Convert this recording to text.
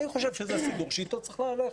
אני חושב שזה סידור שאתו צריך ללכת.